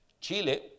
Chile